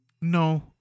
No